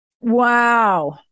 Wow